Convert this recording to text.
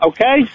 Okay